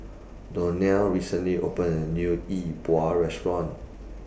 Donell recently opened A New Yi Bua Restaurant